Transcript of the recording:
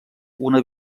una